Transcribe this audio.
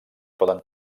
poden